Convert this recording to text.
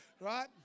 right